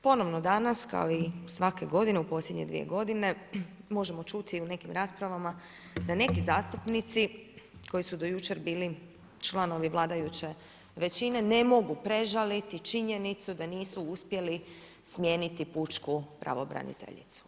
Ponovno danas kao i svake godine u posljednje 2 g., možemo čuti u nekim raspravama da neki zastupnici koji su do jučer bili članovi vladajuće većine, ne mogu prežaliti činjenicu da nisu uspjeli smijeniti pučku pravobraniteljicu.